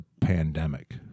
pandemic